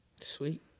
Sweet